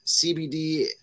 CBD